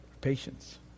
Patience